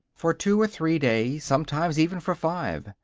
for two or three days, sometimes even for five,